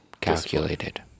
Calculated